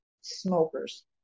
smokers